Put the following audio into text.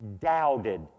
doubted